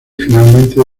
finalmente